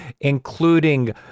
including